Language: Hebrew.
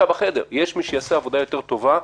בחדר יש מי שיעשה עבודה טובה יותר.